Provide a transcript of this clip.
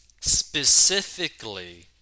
specifically